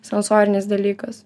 sensorinis dalykas